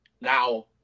Now